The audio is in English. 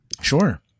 Sure